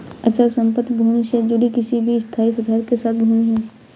अचल संपत्ति भूमि से जुड़ी किसी भी स्थायी सुधार के साथ भूमि है